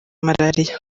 malariya